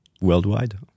worldwide